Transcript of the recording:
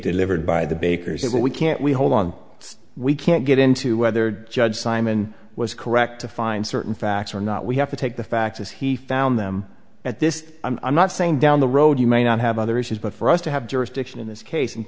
delivered by the baker's that we can't we hold on we can't get into whether judge simon was correct to find certain facts or not we have to take the facts as he found them at this i'm not saying down the road you may not have other issues but for us to have jurisdiction in this case and